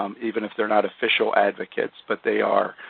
um even if they're not official advocates. but they are.